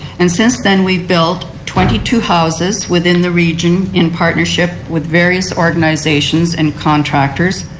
and since then we've built twenty two houses within the region in partnership with various organizations and contractors.